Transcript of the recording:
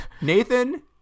nathan